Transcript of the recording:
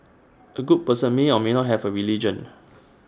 A good person may or may not have A religion